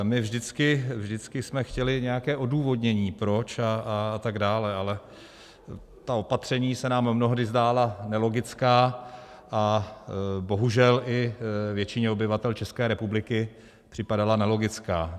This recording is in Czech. My jsme vždycky chtěli nějaké odůvodnění, proč a tak dále, ale ta opatření se nám mnohdy zdála nelogická a bohužel i většině obyvatel České republiky připadala nelogická.